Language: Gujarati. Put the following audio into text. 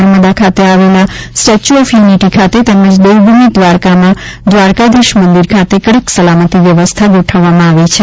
નર્મદા ખાતે આવેલા સ્ટેચ્યું ઓફ યુનિટી ખાતે તેમજ દેવભૂમિ દ્વારકામાં દ્વારકાધીશ મંદિર ખાતે કડક સલામતી વ્યવસ્થા ગોઠવવામાં આવી છે